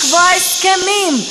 לקבוע הסכמים,